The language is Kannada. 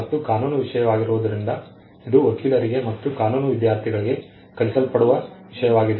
ಮತ್ತು ಕಾನೂನು ವಿಷಯವಾಗಿರುವುದರಿಂದ ಇದು ವಕೀಲರಿಗೆ ಮತ್ತು ಕಾನೂನು ವಿದ್ಯಾರ್ಥಿಗಳಿಗೆ ಕಲಿಸಲ್ಪಡುವ ವಿಷಯವಾಗಿದೆ